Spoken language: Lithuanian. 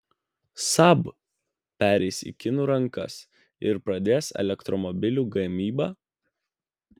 saab pereis į kinų rankas ir pradės elektromobilių gamybą